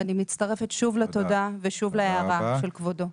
ואני מצטרפת שוב לתודה ולהערה של כבודו.